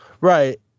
right